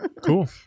Cool